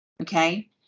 Okay